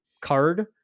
card